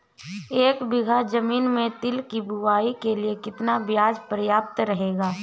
एक बीघा ज़मीन में तिल की बुआई के लिए कितना बीज प्रयाप्त रहेगा?